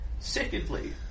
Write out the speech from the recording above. Secondly